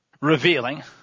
revealing